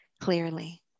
clearly